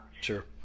Sure